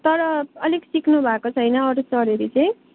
तर अलिक सिक्नु भएको छैन अरू सर हेरी चाहिँ